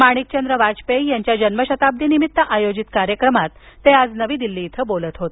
माणीकचन्द्र वाजपेयी यांच्या जन्म शताब्दीनिमित्त आयोजित कार्यक्रमात ते आज नवी दिल्ली इथं बोलत होते